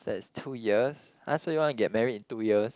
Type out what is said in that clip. that's two years huh so you wanna get married in two years